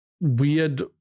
weird